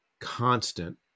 constant